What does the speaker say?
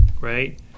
right